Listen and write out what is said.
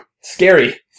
Scary